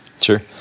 Sure